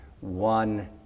one